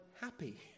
happy